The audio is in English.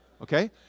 Okay